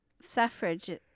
suffrage